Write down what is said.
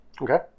Okay